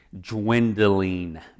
dwindling